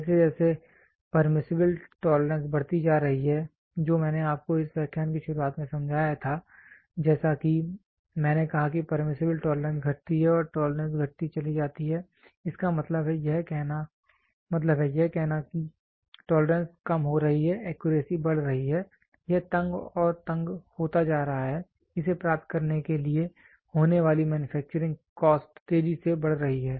जैसे जैसे permissible tolerance बढ़ती जा रही है जो मैंने आपको इस व्याख्यान की शुरुआत में समझाया था जैसा कि मैंने कहा कि परमीसिबल टोलरेंस घटती है टोलरेंस घटती चली जाती है इसका मतलब है यह कहना कि टोलरेंस कम हो रही है एक्यूरेसी बढ़ रही है यह तंग और तंग होता जा रहा है इसे प्राप्त करने के लिए होने वाली मैन्युफैक्चरिंग कॉस्ट तेजी से बढ़ रही है